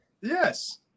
Yes